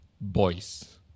boys